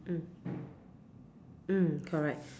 mm mm correct